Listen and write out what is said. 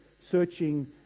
searching